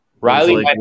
Riley